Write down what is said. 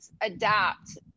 adapt